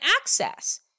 access